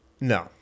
no